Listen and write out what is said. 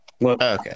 Okay